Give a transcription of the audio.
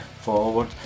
forward